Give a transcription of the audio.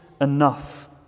enough